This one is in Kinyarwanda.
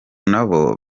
nabo